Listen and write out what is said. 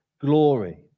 glory